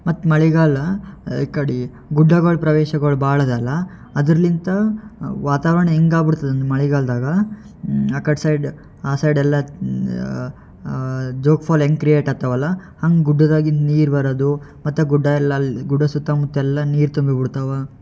ಮತ್ತು ಮಳೆಗಾಲ ಈ ಕಡೆ ಗುಡ್ಡಗಳ ಪ್ರದೇಶಗಳ್ ಭಾಳ ಅದ ಅಲ್ವ ಅದ್ರಲಿಂತ ವಾತಾವರಣ ಹೆಂಗ್ ಆಗ್ಬಿಡ್ತದೆ ಅಂದ್ರೆ ಮಳೆಗಾಲ್ದಾಗ ಆ ಕಡೆ ಸೈಡ್ ಆ ಸೈಡೆಲ್ಲ ಜೋಗ್ ಫಾಲ್ ಹೆಂಗೆ ಕ್ರಿಯೆಟ್ ಆಗ್ತಾವಲ್ಲ ಹಂಗೆ ಗುಡ್ಡದಾಗಿಂದ ನೀರು ಬರೋದು ಮತ್ತು ಗುಡ್ಡ ಎಲ್ಲ ಅಲ್ಲಿ ಗುಡ್ಡ ಸುತ್ತಮುತ್ತ ಎಲ್ಲ ನೀರು ತುಂಬಿಬಿಡ್ತವೆ